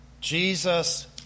Jesus